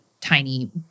tiny